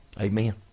Amen